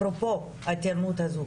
אפרופו האיתנות הזאת,